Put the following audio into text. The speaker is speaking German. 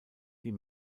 die